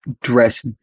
dress